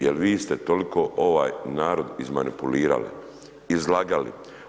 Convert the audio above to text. Jel vi ste toliko ovaj narod iz manipulirali, izlagali.